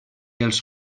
els